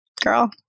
girl